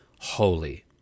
holy